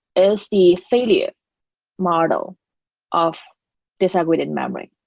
is the failure model of disaggregated memory,